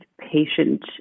patient